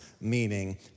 meaning